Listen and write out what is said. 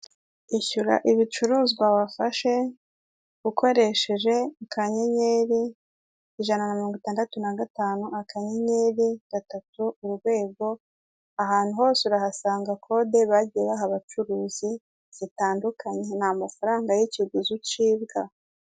Ishyura ibicuruzwa wafashe ukoresheje akanyenyeri ijana na mirongo itandatu nagatanu akannyeri gatatu urwego, ahantu hose urahasanga kode bagiye baha abacuruzi zitandukanye, nta amafaranga y'ikiguzi ucibwa.